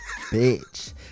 bitch